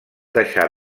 deixar